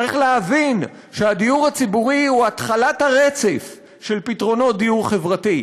צריך להבין שהדיור הציבורי הוא התחלת הרצף של פתרונות דיור חברתי.